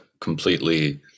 completely